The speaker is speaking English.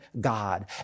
God